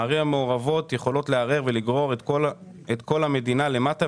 הערים המעורבות יכולות לערער ולגרור את כל המדינה למטה,